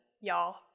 y'all